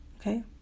Okay